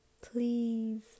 please